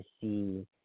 see